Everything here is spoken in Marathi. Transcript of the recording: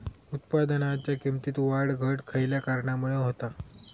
उत्पादनाच्या किमतीत वाढ घट खयल्या कारणामुळे होता?